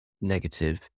negative